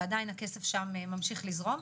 ועדיין הכסף שם ממשיך לזרום.